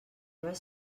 vas